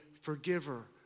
forgiver